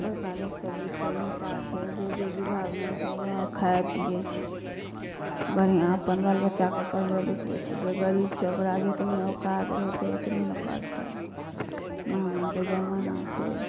बड़का लोक सब जे छै नेता छै जे जे विभागमे छै वएह खाय पीबै छै बढ़िआँ अपन बाल बच्चाके पढ़बै लिखबै छै जे गरीब छै ओकरा जतने औकात रहतै ओतने ने करतै महँगाइके जमाना छै